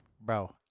Bro